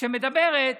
שמדברת